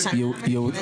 תציג את עצמך.